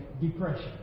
depression